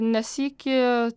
ne sykį